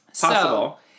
Possible